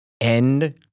end